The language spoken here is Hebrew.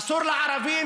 אסור לערבים,